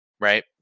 Right